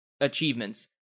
achievements